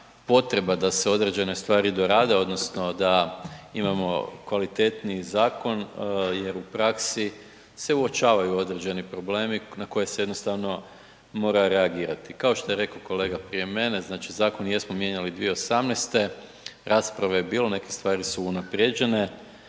potrebe da se određene stvari dorade odnosno da imamo kvalitetniji zakon jer u praksi se uočavaju određeni problemi na koje se jednostavno mora reagirati. Kao što je rekao kolega prije mene, znači zakon jesmo mijenjali 2018., rasprave je bilo, neke stvari su unaprijeđene,